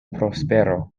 prospero